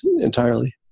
entirely